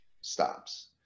stops